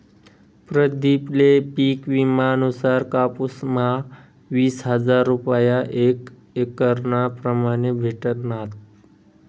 प्रदीप ले पिक विमा नुसार कापुस म्हा वीस हजार रूपया एक एकरना प्रमाणे भेटनात